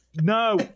no